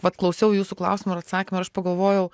vat klausiau jūsų klausimo ir atsakymo ir aš pagalvojau